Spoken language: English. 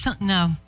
no